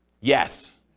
Yes